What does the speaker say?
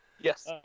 Yes